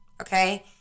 Okay